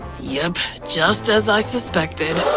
yep, just as i suspected.